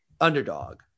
underdog